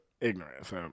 Ignorance